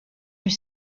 your